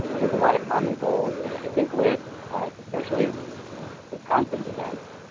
there's a lot of common goals and i think with especially wisconsin's events